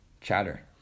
chatter